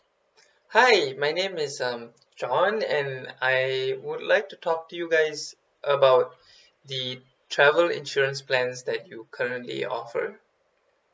hi my name is um john and I would like to talk to you guys about the travel insurance plans that you currently offer